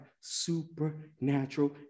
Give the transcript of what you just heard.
supernatural